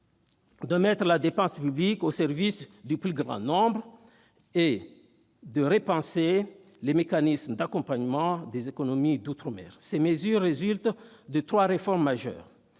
de mettre la dépense publique au service du plus grand nombre et de repenser les mécanismes d'accompagnement des économies d'outre-mer. Ces mesures résultent de trois réformes majeures